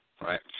right